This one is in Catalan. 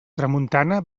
tramuntana